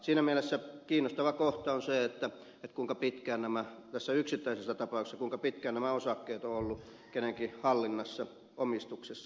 siinä mielessä kiinnostava kohta on se tässä yksittäisessä tapauksessa kuinka pitkään nämä osakkeet ovat olleet kenenkin hallinnassa omistuksessa